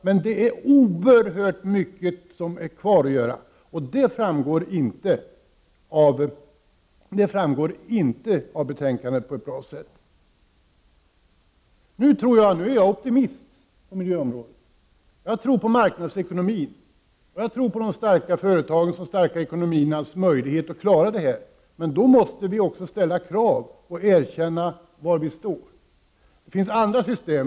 Men det är oerhört mycket kvar att göra, och det framgår inte på ett bra sätt av betänkandet. Jag är optimist på miljöområdet. Jag tror på marknadsekonomin. Jag tror på de starka företagens och de starka ekonomiernas möjlighet att klara detta. Men då måste vi också ställa krav och erkänna var vi står. Det finns andra system.